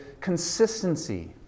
consistency